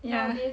yeah